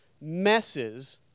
messes